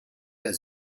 der